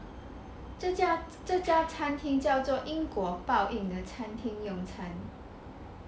这家这家餐厅叫做因果报应的餐厅用餐